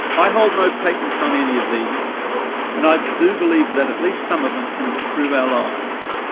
i hold no patents on any of these and i do believe that at least some of them can improve our lives.